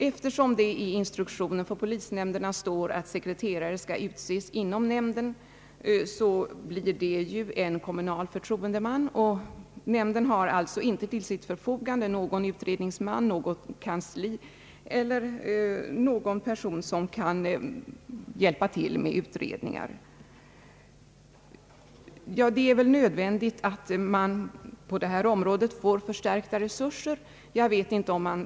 Eftersom det i instruktionen för polisnämnderna står att sekreterare skall utses inom nämnden, blir det ju en kommunal förtroendeman. Nämnden har alltså inte till sitt förfogande någon utredningsman, något kansli eller någon person som kan hjälpa till med utredningar. Det är därför nödvändigt att resurserna förstärks på det här området.